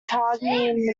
cagney